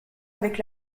avec